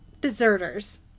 deserters